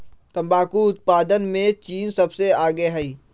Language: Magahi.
तंबाकू उत्पादन में चीन सबसे आगे हई